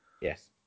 Yes